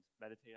meditate